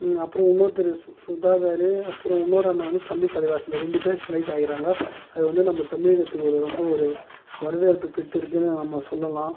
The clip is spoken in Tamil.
அப்புறம் இன்னொருத்தரு சுதாகரு அப்புறம் இன்னொரு அண்ணேன் வந்து தமிழ் தலைவாசஸ் இந்த ரெண்டு பேரு செலக்ட் ஆகிருக்காங்க அது வந்து நம்ம தமிழகத்துக்கு ஒரு ரொம்ப ஒரு வரவேற்பு பெற்றுருக்குனு நாம சொல்லலாம்